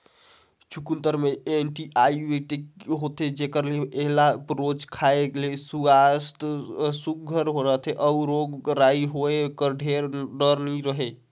चुकंदर में एंटीआक्सीडेंट होथे जेकर ले एला रोज खाए ले सुवास्थ हर सुग्घर रहथे अउ रोग राई होए कर ढेर डर नी रहें